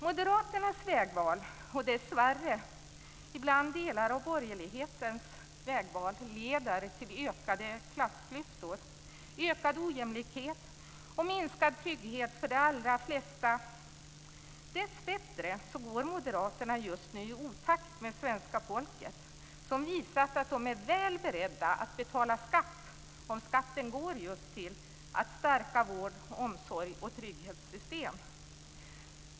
Moderaternas och dessvärre ibland delar av den övriga borgerlighetens vägval leder till vidgade klassklyftor, ökad ojämlikhet och minskad trygghet för de allra flesta. Dessbättre går moderaterna just nu i otakt med svenska folket, som visat att det är väl berett att betala skatt om skatten går just till att stärka vård, omsorg och trygghetssystem.